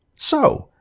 so,